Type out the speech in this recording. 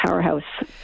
powerhouse